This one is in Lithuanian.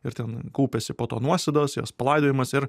ir ten kaupiasi po to nuosėdos jos palaidojamos ir